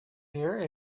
here